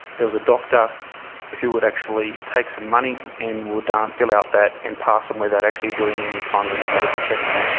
there was a doctor who would actually take some money and would ah fill out that and pass them without actually doing any kind of medical checks.